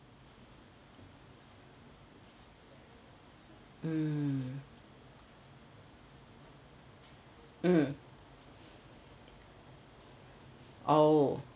mm mm oh